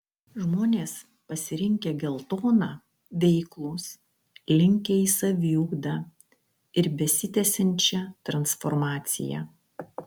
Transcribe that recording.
žmones pasirinkę geltoną veiklūs linkę į saviugdą ir besitęsiančią transformaciją